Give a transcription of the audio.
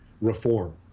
reform